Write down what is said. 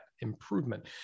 improvement